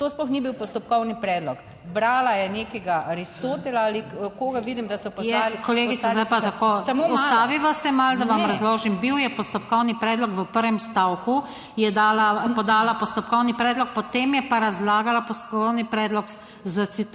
to sploh ni bil postopkovni predlog. Brala je nekega Aristotela ali koga, vidim, da so... **PODPREDSEDNICA NATAŠA SUKIČ:** Kolegica, zdaj pa tako, ustaviva se malo, da vam razložim. Bil je postopkovni predlog, v prvem stavku je dala, podala postopkovni predlog, potem je pa razlagala postopkovni predlog s citiranjem.